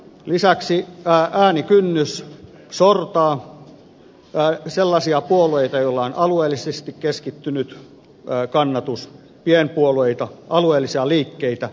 lisäksi äänikynnys sortaa sellaisia puolueita joilla on alueellisesti keskittynyt kannatus pienpuolueita alueellisia liikkeitä